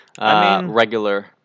regular